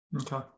Okay